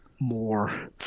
more